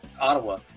Ottawa